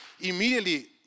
immediately